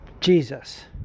Jesus